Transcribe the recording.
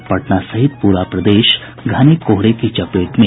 और पटना सहित पूरा प्रदेश घने कोहरे की चपेट में